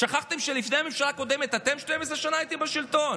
שכחתם שלפני הממשלה הקודמת אתם הייתם 12 שנה בשלטון?